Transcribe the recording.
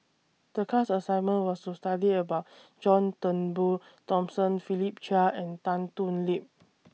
The class assignment was to study about John Turnbull Thomson Philip Chia and Tan Thoon Lip